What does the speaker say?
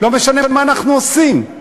לא משנה מה אנחנו עושים.